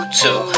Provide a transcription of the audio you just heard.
two